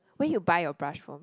where you buy your brush from